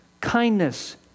kindness